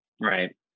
Right